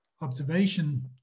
observation